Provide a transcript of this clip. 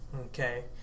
okay